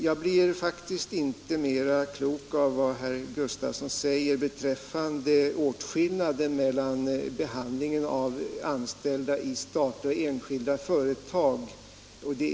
Jag blev faktiskt inte mera klok av vad herr Gustavsson säger beträffande åtskillnaden mellan behandlingen av anställda i statliga och enskilda företag.